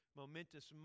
momentous